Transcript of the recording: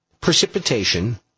precipitation